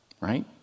right